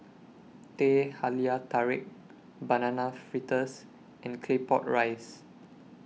Teh Halia Tarik Banana Fritters and Claypot Rice